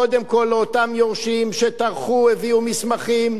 קודם כול לאותם יורשים שטרחו והביאו מסמכים,